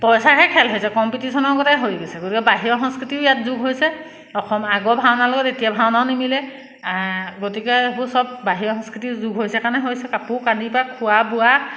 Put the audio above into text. পইচাহে খেল হৈছে কম্পিটিশ্যনৰ গতে হৈ গৈছে গতিকে বাহিৰৰ সংস্কৃতিও ইয়াত যোগ হৈছে অসম আগৰ ভাওনা লগত এতিয়া ভাওনাও নিমিলে গতিকে সেইবোৰ চব বাহিৰৰ সংস্কৃতিও যোগ হৈছে কাৰণে হৈছে কাপোৰ কানিপৰা খোৱা বোৱা